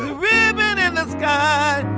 ribbon in the sky.